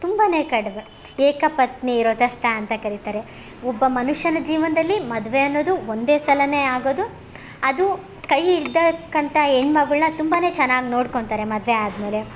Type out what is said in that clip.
ತುಂಬ ಕಡಿಮೆ ಏಕಪತ್ನಿವ್ರತಸ್ತ ಅಂತ ಕರಿತಾರೆ ಒಬ್ಬ ಮನುಷ್ಯನ ಜೀವನದಲ್ಲಿ ಮದುವೆ ಅನ್ನೋದು ಒಂದೇ ಸಲ ಆಗೋದು ಅದು ಕೈ ಹಿಡ್ದಕಂತ ಹೆಣ್ ಮಗಳ್ನ ತುಂಬಾ ಚೆನ್ನಾಗಿ ನೋಡ್ಕೊತಾರೆ ಮದುವೆ ಆದಮೇಲೆ